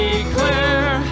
Declare